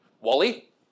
wally